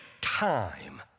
time